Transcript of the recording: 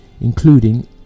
including